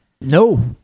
No